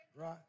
right